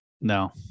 No